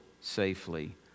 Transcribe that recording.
safely